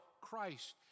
Christ